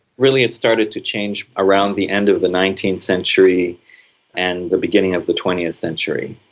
really it started to change around the end of the nineteenth century and the beginning of the twentieth century.